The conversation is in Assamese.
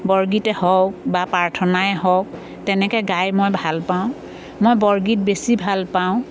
বৰগীতেই হওক বা পাৰ্থনাই হওক তেনেকৈ গাই মই ভাল পাওঁ মই বৰগীত বেছি ভাল পাওঁ